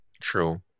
True